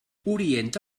orienta